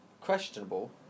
questionable